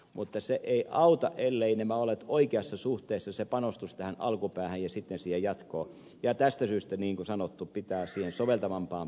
mutta se ei auta elleivät nämä ole oikeassa suhteessa panostus tähän alkupäähän ja sitten siihen jatkoon ja tästä syystä niin kuin sanottu sitä pitää siihen soveltavampaan päähän käyttää